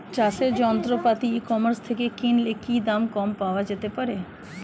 চাষের যন্ত্রপাতি e commerce থেকে কিনলে কি দাম কম পাওয়া যেতে পারে?